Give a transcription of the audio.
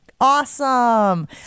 awesome